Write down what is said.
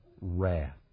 wrath